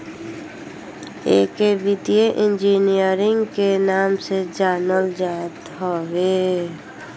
एके वित्तीय इंजीनियरिंग के नाम से जानल जात हवे